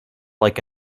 like